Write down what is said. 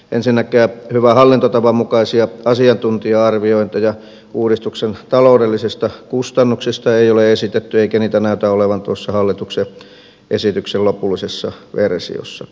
ensinnäkään hyvän hallintotavan mukaisia asiantuntija arviointeja uudistuksen taloudellisista kustannuksista ei ole esitetty eikä niitä näytä olevan tuossa hallituksen esityksen lopullisessa versiossakaan